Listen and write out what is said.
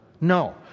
No